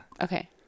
okay